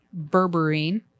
berberine